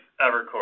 Evercore